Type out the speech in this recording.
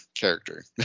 character